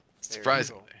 Surprisingly